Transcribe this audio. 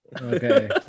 okay